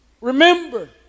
remember